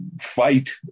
fight